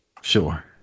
Sure